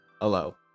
Hello